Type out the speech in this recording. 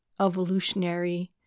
evolutionary